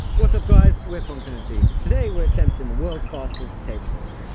what's up guys! we are pongfinity. today we are attempting the world's fastest table tennis